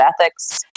ethics